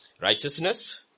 righteousness